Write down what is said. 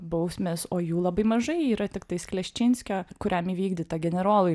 bausmės o jų labai mažai yra tiktais kleščinskio kuriam įvykdyta generolui